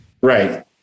right